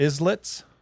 Islets